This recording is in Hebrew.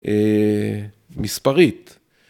מספרית.